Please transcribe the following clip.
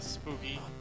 Spooky